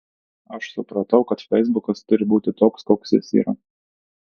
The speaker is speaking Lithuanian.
aš supratau kad feisbukas turi būti toks koks jis yra